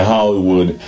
Hollywood